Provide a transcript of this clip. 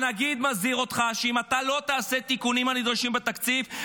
הנגיד מזהיר אותך שאם אתה לא תעשה את התיקונים הנדרשים בתקציב,